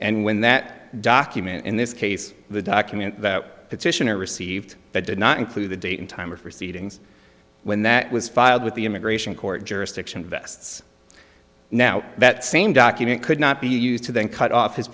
and when that document in this case the document that petitioner received that did not include the date and time or for seedings when that was filed with the immigration court jurisdiction vests now that same document could not be used to then cut off his